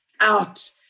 out